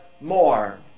more